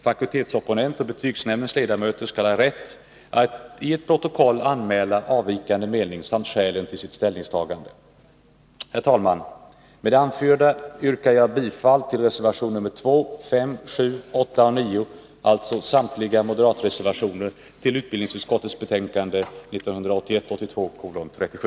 Fakultetsopponent och betygsnämndens ledamöter skall ha rätt att i protokoll anmäla avvikande mening samt skälen till sitt ställningstagande. Herr talman! Med det anförda yrkar jag bifall till reservation 2, 5, 7, 8 och 9, alltså samtliga moderatreservationer till utbildningsutskottets betänkande 1981/82:37.